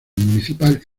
municipal